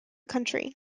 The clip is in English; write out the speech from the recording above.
country